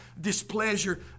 displeasure